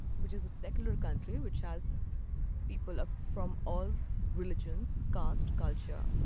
which is a secular country, which has people ah from all religions cost culture.